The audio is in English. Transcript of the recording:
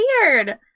weird